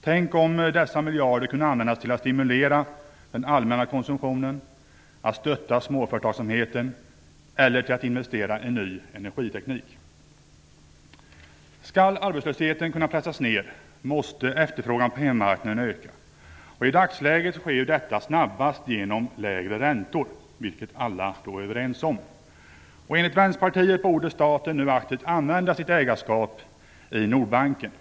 Tänk om dessa miljarder kunde användas till att stimulera den allmänna konsumtionen, till att stötta småföretagsamheten eller till att investera i ny energiteknik. Skall arbetslösheten kunna pressas ned måste efterfrågan på hemmamarknaden öka. I dagsläget sker detta snabbast genom lägre räntor, vilket alla är överens om. Enligt Vänsterpartiet borde staten nu aktivt använda sitt ägarskap i Nordbanken.